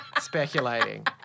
Speculating